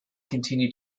continued